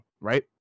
right